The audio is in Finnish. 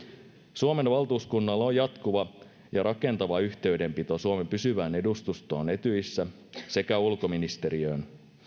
suomen valtuuskunnalla on jatkuva ja rakentava yhteydenpito suomen pysyvään edustustoon etyjissä sekä ulkoministeriöön